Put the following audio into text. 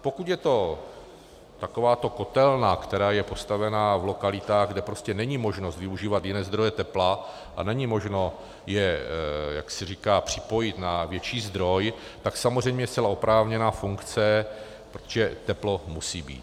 Pokud je to takováto kotelna, která je postavena v lokalitách, kde prostě není možnost využívat jiné zdroje tepla a není možno je, jak se říká, připojit na větší zdroj, tak samozřejmě je to zcela oprávněná funkce, protože teplo musí být.